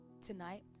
tonight